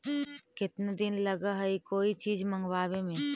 केतना दिन लगहइ कोई चीज मँगवावे में?